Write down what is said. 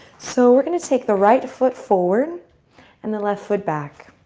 so we're going to take the right foot forward and the left foot back.